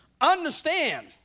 understand